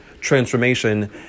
transformation